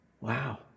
Wow